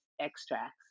extracts